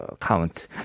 count